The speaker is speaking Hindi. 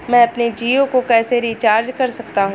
मैं अपने जियो को कैसे रिचार्ज कर सकता हूँ?